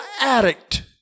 addict